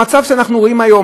המצב שאנחנו רואים היום,